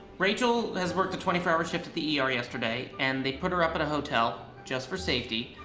rachel has worked a twenty four hour shift at the er yesterday and they put her up at a hotel just for safety,